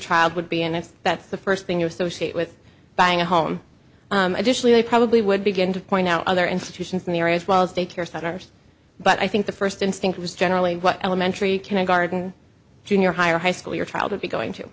child would be and if that's the first thing you associate with buying a home additionally they probably would begin to point out other institutions in the area as well as daycare centers but i think the first instinct was generally what elementary garden junior high or high school your child would be going to